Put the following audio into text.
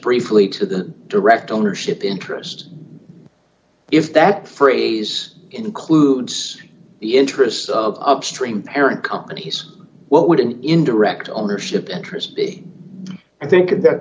briefly to the direct ownership interest if that phrase includes the interests of upstream parent companies what would an indirect ownership interest be i think of that